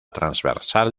transversal